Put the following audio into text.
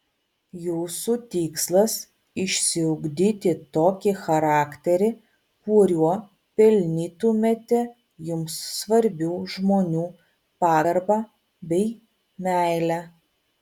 jūsų tikslas išsiugdyti tokį charakterį kuriuo pelnytumėte jums svarbių žmonių pagarbą bei meilę